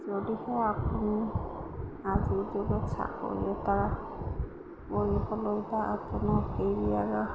যদিহে আপুনি আজিৰ যুগত চাকৰি এটা কৰিবলৈ বা আপোনাৰ কেৰিয়াৰৰ